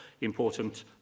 important